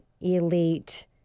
elite